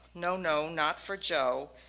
no, no, not for joe.